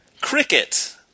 Cricket